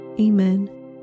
Amen